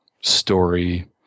story